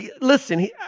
Listen